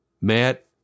Matt